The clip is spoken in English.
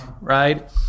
right